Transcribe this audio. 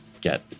get